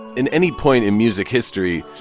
in any point in music history,